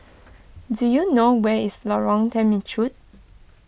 do you know where is Lorong Temechut